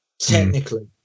Technically